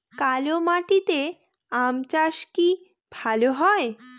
কালো মাটিতে আম চাষ কি ভালো হয়?